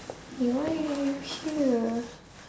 eh why you here